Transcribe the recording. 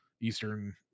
eastern